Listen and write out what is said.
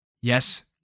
Yes